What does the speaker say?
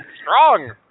strong